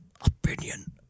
opinion